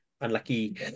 unlucky